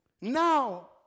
Now